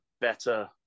better